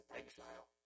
exile